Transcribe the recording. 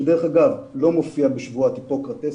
שדרך אגב לא מגיע בשבועת היפוקרטס,